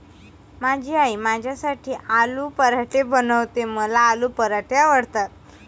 माझी आई माझ्यासाठी आलू पराठे बनवते, मला आलू पराठे आवडतात